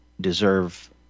deserve